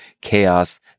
chaos